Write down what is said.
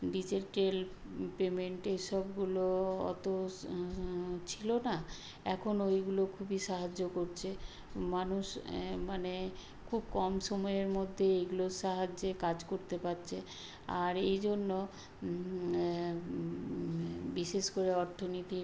digital পেমেন্টের সবগুলো অতস ছিলো না এখন ওইগুলো খুবই সাহায্য করছে মানুষ মানে খুব কম সময়ের মধ্যেই এগুলোর সাহায্যে কাজ করতে পারছে আর এই জন্য বিশেষ করে অর্থনীতির